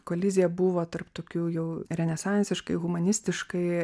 kolizija buvo tarp tokių jau renesansiškai humanistikai